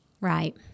Right